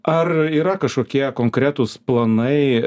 ar yra kažkokie konkretūs planai